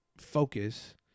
focus